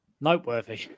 Noteworthy